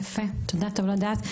יפה, תודה, טוב לדעת.